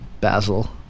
Basil